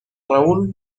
raúl